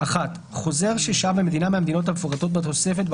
1. חוזר ששהה במדינה מהמדינות המפורטות בתוספת,